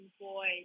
boy